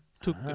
Took